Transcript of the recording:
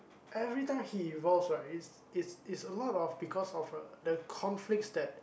every time he evolves right it's it's it's a lot of because of the conflicts that